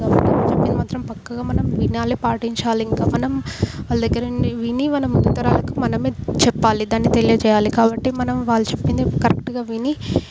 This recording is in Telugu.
కాబట్టి వాళ్ళు చెప్పింది మాత్రం పక్కాగా మనం వినాలి పాటించాలి ఇంకా మనం వాళ్ళ దగ్గర నుండి విని మనం ఇతరులకు మనమే చెప్పాలి దాన్ని తెలియచేయాలి కాబట్టి మనం వాళ్ళు చెప్పింది కరెక్ట్గా విని